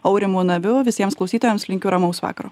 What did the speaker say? aurimu naviu visiems klausytojams linkiu ramaus vakaro